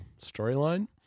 storyline